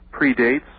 predates